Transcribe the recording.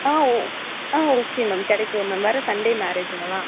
ஆ ஓ ஆ okay ma'am கிடைக்கும் மேம் வர்ற சண்டே மேரேஜ்ஜூங்களா